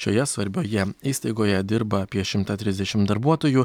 šioje svarbioje įstaigoje dirba apie šimtą trisdešim darbuotojų